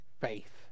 faith